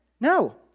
No